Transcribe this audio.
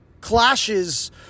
clashes